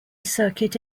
circuit